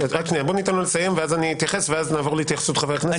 בואו ניתן לו לסיים ואז אני אתייחס ואחר כך נעבור להתייחסות חברי הכנסת,